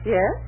Yes